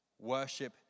worship